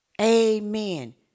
Amen